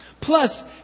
Plus